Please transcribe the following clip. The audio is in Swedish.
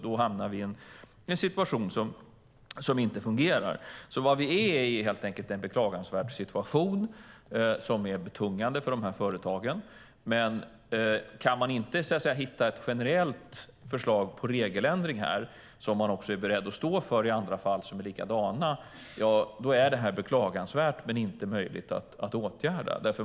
Då hamnar vi i en situation som inte fungerar. Vi är i en beklagansvärd situation som är betungande för företagen, men om man inte kan hitta ett generellt förslag till regeländring här som man också är beredd att stå för i andra fall som är likadana är det inte möjligt att åtgärda.